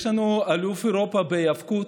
יש לנו אלוף אירופה בהיאבקות,